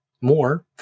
more